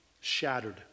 shattered